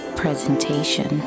presentation